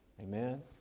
Amen